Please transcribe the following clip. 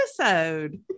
episode